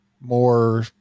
more